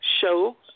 show